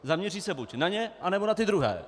Zaměří se buď na ně, nebo na ty druhé.